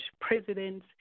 presidents